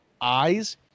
eyes